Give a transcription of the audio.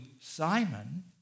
Simon